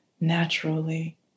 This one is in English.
naturally